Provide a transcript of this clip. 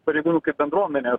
pareigūnų bendruomenės